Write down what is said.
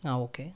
ആ ഓക്കെ